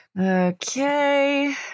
okay